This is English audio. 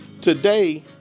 Today